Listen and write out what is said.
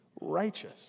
righteous